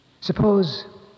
Suppose